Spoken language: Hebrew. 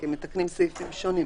כי הם מתקנים סעיפים שונים.